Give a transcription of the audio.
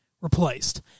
replaced